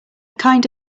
kind